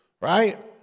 Right